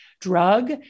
drug